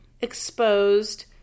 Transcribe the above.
exposed